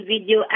video